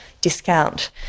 discount